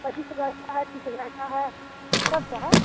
बाकी सब रहता है तीस हज़ार का है सब तो है